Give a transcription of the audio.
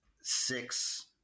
six